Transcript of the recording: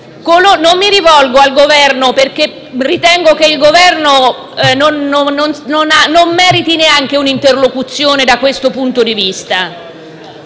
Non mi rivolgo al Governo, perché ritengo che il Governo non meriti neanche un'interlocuzione da questo punto di vista.